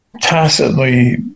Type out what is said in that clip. tacitly